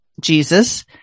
Jesus